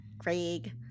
Craig